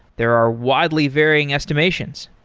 there are widely varying estimations.